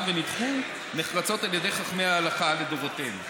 ונדחו נחרצות על ידי חכמי ההלכה לדורותיהם.